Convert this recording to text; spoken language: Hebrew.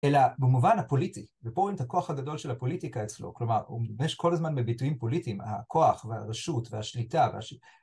אלא במובן הפוליטי, ופה רואים את הכוח הגדול של הפוליטיקה אצלו, כלומר, הוא משתמש כל הזמן בביטויים פוליטיים, הכוח והרשות והשליטה.